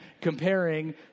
comparing